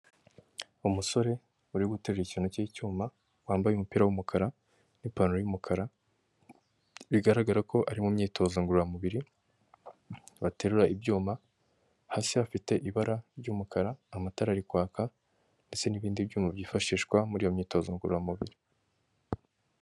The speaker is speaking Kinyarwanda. Umusore uri guterura ikintu cy'icyuma wambaye umupira w'umukara n'ipantaro y'umukara, bigaragara ko ari mu myitozo ngororamubiri baterura ibyuma, hasi hafite ibara ry'umukara amatara arikwaka ndetse n'ibindi byuma byifashishwa muri iyo myitozo ngororamubiri.